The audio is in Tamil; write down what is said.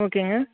ஓகேங்க